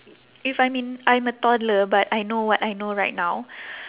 if I'm in I'm a toddler but I know what I know right now